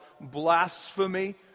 blasphemy